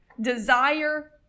desire